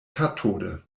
kathode